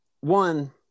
One